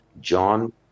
John